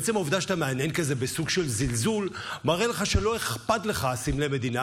ועצם העובדה שאתה מהנהן בסוג של זלזול מראה שלא אכפת לך מסמלי המדינה,